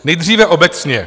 Nejdříve obecně.